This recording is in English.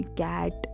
cat